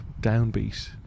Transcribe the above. downbeat